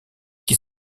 qui